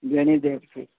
घणी देरि थी